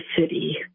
city